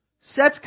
sets